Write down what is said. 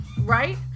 right